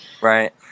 Right